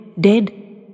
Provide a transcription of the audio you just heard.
dead